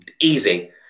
Easy